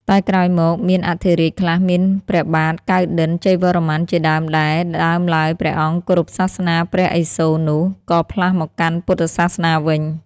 តែក្រោយមក មានអធិរាជខ្លះមានព្រះបាទកៅណ្ឌិន្យជ័យវរ្ម័នជាដើមដែល ដើមឡើយព្រះអង្គគោរពសាសនាព្រះឥសូរនោះ ក៏ផ្លាស់មកកាន់ពុទ្ធសាសនាវិញ ។